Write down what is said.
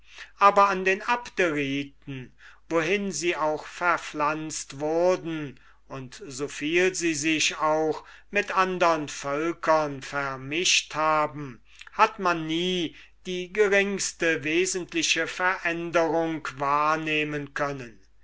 aber an den abderiten wohin sie auch verpflanzt wurden und soviel sie sich auch mit andern völkern vermischt haben hat man nie die geringste wesentliche veränderung wahrnehmen können